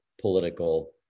political